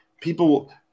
people